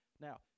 now